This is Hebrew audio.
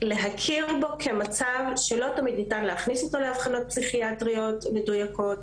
להכיר בו במצב שלא תמיד ניתן להכניס אותו לאבחנות פסיכיאטריות מדויקות,